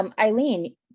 Eileen